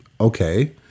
okay